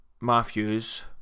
Matthews